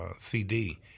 CD